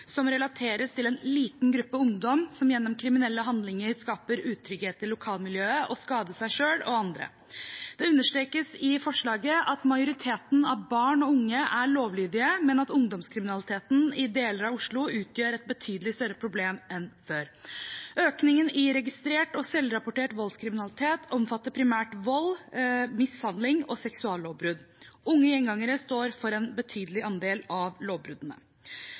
som relateres til en liten gruppe ungdommer som gjennom kriminelle handlinger skaper utrygghet i lokalmiljøet og skader seg selv og andre. Det understrekes i forslaget at majoriteten av barn og unge er lovlydige, men at ungdomskriminaliteten i deler av Oslo utgjør et betydelig større problem enn før. Økningen i registrert og selvrapportert voldskriminalitet omfatter primært vold, mishandling og seksuallovbrudd. Unge gjengangere står for en betydelig andel av lovbruddene.